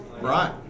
Right